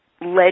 led